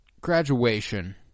Graduation